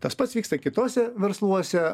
tas pats vyksta kituose versluose